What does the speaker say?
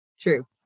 True